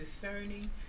discerning